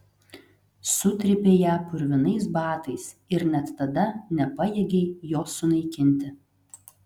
sutrypei ją purvinais batais ir net tada nepajėgei jos sunaikinti